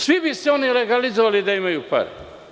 Svi bi se oni legalizovali da imaju pare.